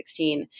2016